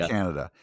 Canada